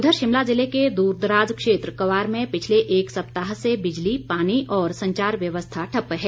उधर शिमला ज़िले के दूरदराज़ क्षेत्र क्वार में पिछले एक सप्ताह से बिजली पानी और संचार व्यवस्था ठप्प है